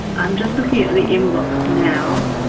i'm just looking at the inbox now.